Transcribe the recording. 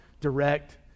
direct